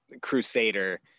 crusader